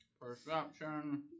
Perception